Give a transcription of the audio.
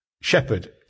Shepherd